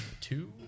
two